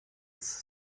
als